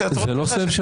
אבל זה לא קשור.